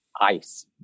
ice